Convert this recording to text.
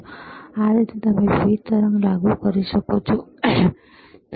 તો આ રીતે તમે વિવિધ તરંગ લાગુ કરી શકો છો ખરું